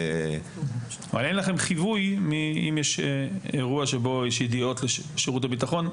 אין לכם חיווי אם יש אירוע שבו יש ידיעות של שירות הביטחון.